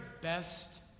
best